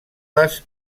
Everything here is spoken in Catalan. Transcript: les